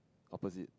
opposite